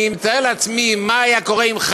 אני מתאר לעצמי מה היה קורה אם,